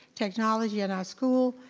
technology in our school,